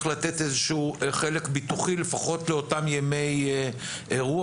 לתת איזשהו חלק ביטוחי לפחות לאותם ימי אירוע,